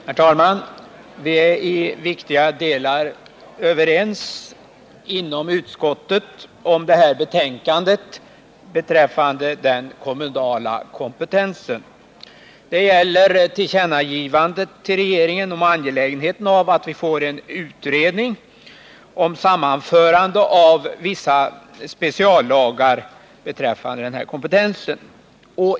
Herr talman! Vi är i viktiga delar överens inom utskottet om detta betänkande beträffande den kommunala kompetensen. Det gäller tillkännagivandet till regeringen om angelägenheten av att en utredning kommer till stånd om sammanförande av vissa speciallagar beträffande denna kompetens.